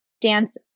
dance